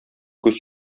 күз